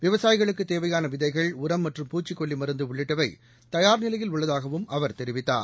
விவசாயிகளுக்குத் தேவையான விதைகள் உரம் மற்றும் பூச்சிக் கொல்வி மருந்து உள்ளிட்டவை தயார் நிலையில் உள்ளதாகவும் அவர் தெரிவித்தார்